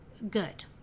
good